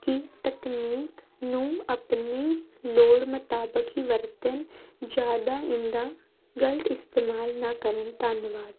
ਕਿ ਤਕਨੀਕ ਨੂੰ ਆਪਣੀ ਲੋੜ ਮੁਤਾਬਕ ਹੀ ਵਰਤਣ ਜ਼ਿਆਦਾ ਇਹਦਾ ਗਲਤ ਇਸਤੇਮਾਲ ਨਾ ਕਰਨ ਧੰਨਵਾਦ